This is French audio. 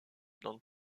dans